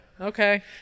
Okay